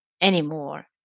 anymore